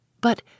But